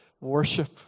Worship